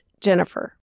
Jennifer